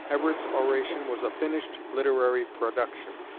everett's oration was a finished literary production.